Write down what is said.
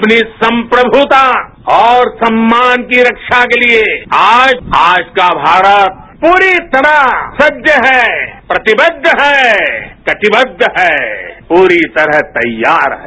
अपनी संप्रमुता और सम्मान की रक्षा के लिए आज आज का भारत पूरी तरह सज है प्रतिबद्ध है कटिबद्ध है पूरी तरह तैयार है